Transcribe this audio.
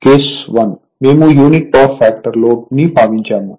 case 1 మేము unity power factor load ని భావించాము